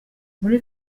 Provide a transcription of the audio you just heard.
muri